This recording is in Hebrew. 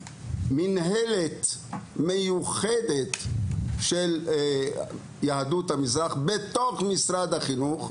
מינהלת מיוחדת של יהדות המזרח בתוך משרד החינוך.